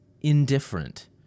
indifferent